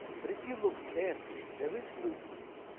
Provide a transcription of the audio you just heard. but if you look carefully, there is movement.